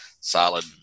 solid